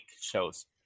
shows